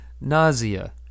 nausea